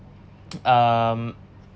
um